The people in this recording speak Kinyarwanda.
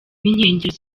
n’inkengero